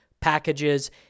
packages